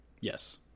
Yes